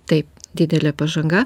taip didelė pažanga